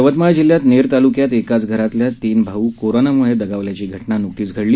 यवतमाळ जिल्ह्यात नेर तालुक्यात एकाच घरातील तीन भाऊ कोरोनामुळे दगावल्याची घटना नुकतीच घडली